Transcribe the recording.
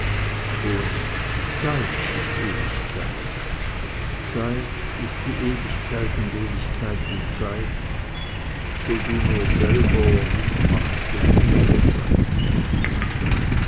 und die zeit ist ewigkeit zeit ist wie ewigkeit und ewigkeit wie zeit so du nur selber nicht machst einen unterscheid